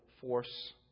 force